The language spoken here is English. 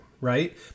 right